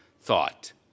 thought